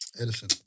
Edison